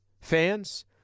fans